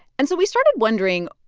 and so we started wondering,